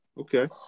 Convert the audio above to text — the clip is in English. Okay